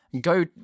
Go